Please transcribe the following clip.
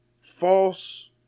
false